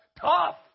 tough